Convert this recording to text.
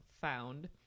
found